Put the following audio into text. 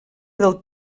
del